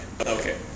Okay